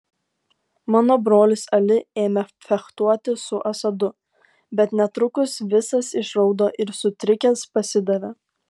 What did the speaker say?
mano brolis ali ėmė fechtuotis su asadu bet netrukus visas išraudo ir sutrikęs pasidavė